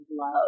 love